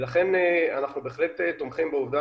לכן אנחנו בהחלט תומכים בעובדה